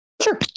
Sure